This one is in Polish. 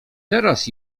teraz